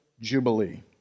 jubilee